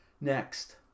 Next